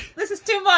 this is too funny.